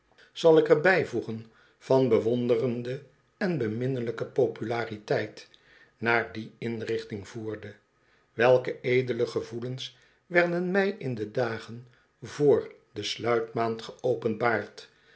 zal ik er bijvoegen van bewonderende en beminnelijke populariteit naar die inrichting voerde welke edele gevoelens werden mij in de dagen vr de